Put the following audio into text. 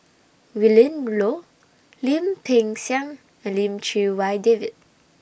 Willin Low Lim Peng Siang and Lim Chee Wai David